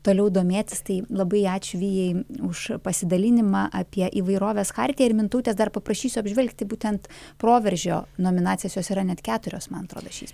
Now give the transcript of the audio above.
toliau domėtis tai labai ačiū vijai už pasidalinimą apie įvairovės chartiją ir mintautės dar paprašysiu apžvelgti būtent proveržio nominacijos jos yra net keturios man atrodo šiais